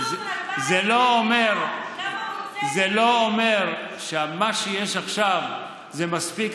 זה לא אומר שמה שיש עכשיו זה מספיק.